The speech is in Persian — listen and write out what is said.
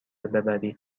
ببری